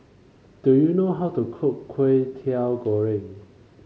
do you know how to cook Kway Teow Goreng